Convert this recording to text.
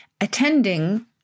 attending